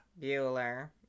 Bueller